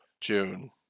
June